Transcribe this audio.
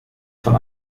von